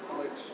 Alex